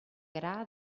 gra